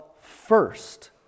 first